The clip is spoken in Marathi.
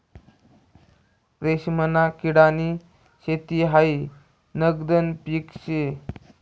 रेशीमना किडानी शेती हायी नगदनं पीक शे